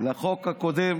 לחוק הקודם